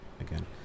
again